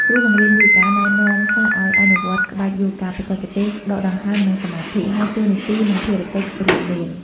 គ្រូបង្រៀនយូហ្គាណែនាំសិស្សឱ្យអនុវត្តក្បាច់យូហ្គាបច្ចេកទេសដកដង្ហើមនិងសមាធិ ហើយតួនាទី និងភារកិច្ចរួមមាន: